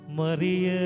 Maria